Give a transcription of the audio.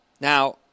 Now